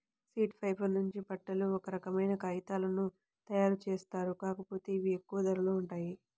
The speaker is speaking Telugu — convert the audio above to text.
సీడ్ ఫైబర్ నుంచి బట్టలు, ఒక రకమైన కాగితాలను తయ్యారుజేత్తారు, కాకపోతే ఇవి ఎక్కువ ధరలో ఉంటాయి